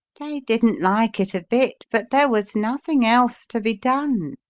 they didn't like it a bit but there was nothing else to be done.